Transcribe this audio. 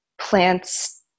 plants